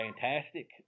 fantastic